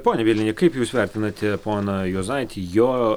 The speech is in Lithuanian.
pone bielini kaip jūs vertinate poną juozaitį jo